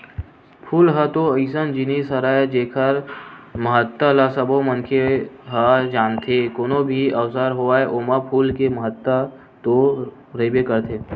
फूल ह तो अइसन जिनिस हरय जेखर महत्ता ल सबो मनखे ह जानथे, कोनो भी अवसर होवय ओमा फूल के महत्ता तो रहिबे करथे